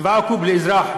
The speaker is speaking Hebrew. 7 קוב לאזרח,